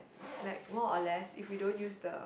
like more or less if we don't use the